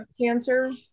cancer